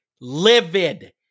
livid